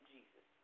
Jesus